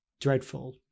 dreadful